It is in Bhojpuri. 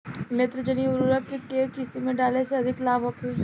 नेत्रजनीय उर्वरक के केय किस्त में डाले से अधिक लाभ होखे?